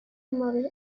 movie